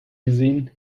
gesehen